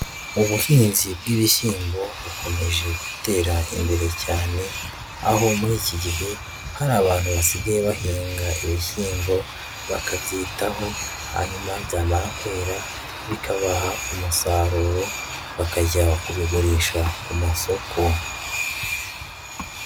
Ubuhinzi bw'ibishyimbo bukomeje gutera imbere cyane, aho muri iki gihe hari abantu basigaye bahinga ibishyimbo bakabyitaho, hanyuma byamara kwera bikabaha umusaruro bakajya kubigurisha ku masoko.